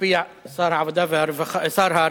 מופיע שר הרווחה,